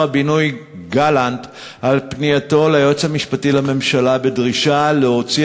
הבינוי והשיכון גלנט על פנייתו ליועץ המשפטי לממשלה בדרישה להוציא